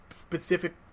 specific